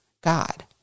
God